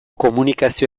komunikazio